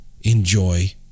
enjoy